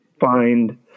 find